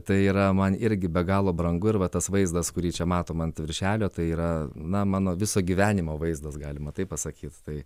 tai yra man irgi be galo brangu ir va tas vaizdas kurį čia matom ant viršelio tai yra na mano viso gyvenimo vaizdas galima taip pasakyt tai